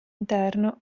interno